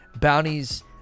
bounties